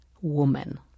woman